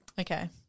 Okay